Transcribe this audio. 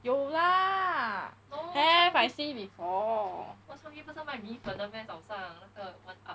有啦 have I see before